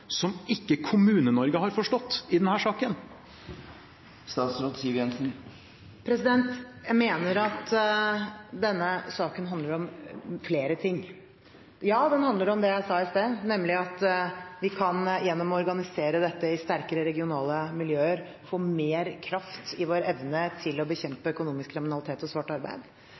som ikke Kommune-Norge har forstått, i denne saken? Jeg mener at denne saken handler om flere ting. Ja, den handler om det jeg sa i sted, nemlig at vi gjennom å organisere dette i sterkere regionale miljøer kan få mer kraft i vår evne til å